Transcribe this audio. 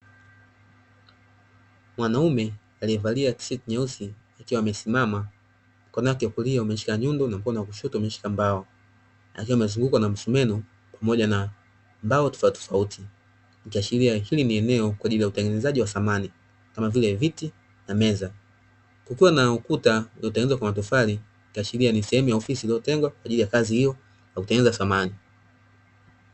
Mwanaume aliyevalia tisheti nyeusi akiwa amesimama, mkono wake wa kulia akiwa ameshika nyundo na mkono wa kushoto umeshika mbao, akiwa amezungukwa na msumeno pamoja na mbao tofautitofauti; ikiashiria, hili ni eneo kwa ajili ya utengenezaji wa samani kama vile viti na meza, kukiwa na ukuta uliotengenezwa kwa tofali, ikiashiria ni sehemu ya ofisi iliyotengwa kwa ajili ya kazi hiyo ya kutengeneza samani.